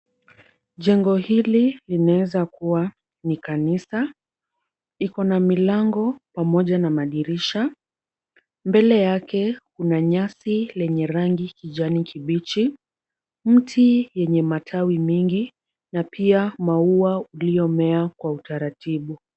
Jengo hili linaweza kuwa ni kanisa. Iko na milango pamoja na madirisha. Mbele yake kuna nyasi lenye rangi kijani kibichi, mti yenye matawi mingi na pia maua uliomea kwa utaratibu.